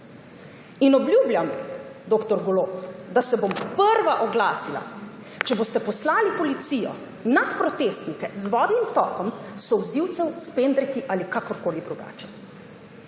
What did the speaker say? Obljubljam, dr. Golob, da se bom prva oglasila, če boste poslali policijo nad protestnike z vodnim topom, solzivcem, s pendreki ali kakorkoli drugače.